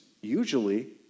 usually